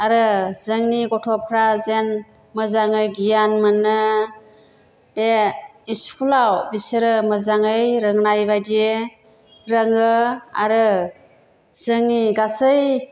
आरो जोंनि गथ'फ्रा जेन मोजाङै गियान मोनो बे इस्कुलाव बिसोरो मोजाङै रोंनाय बायदि रोङो आरो जोंनि गासै